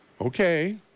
Okay